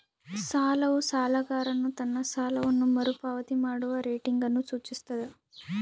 ಸಾಲವು ಸಾಲಗಾರನು ತನ್ನ ಸಾಲವನ್ನು ಮರುಪಾವತಿ ಮಾಡುವ ರೇಟಿಂಗ್ ಅನ್ನು ಸೂಚಿಸ್ತದ